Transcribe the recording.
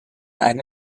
eine